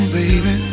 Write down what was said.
baby